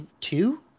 two